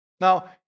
Now